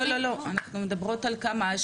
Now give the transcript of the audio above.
לא, לא, אנחנו מדברות על כמה?